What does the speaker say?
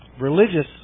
religious